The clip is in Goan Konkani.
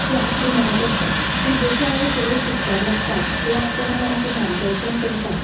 ती आपली म्हाणत आसता पूण जशीं फुडें शिकपाक लागता किंवा कोणूय आमकां मार्गदर्शन करता